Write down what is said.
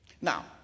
Now